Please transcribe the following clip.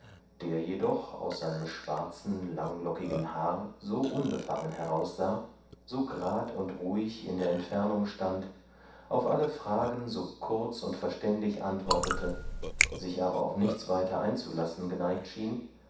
der jedoch aus seinem schwarzen langlockigen haar so unbefangen heraus sah so gerad und ruhig in der entfernung stand auf alle fragen kurz und verständig antwortete sich aber auf nichts weiter einzulassen geneigt schien